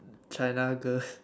China girls